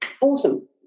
awesome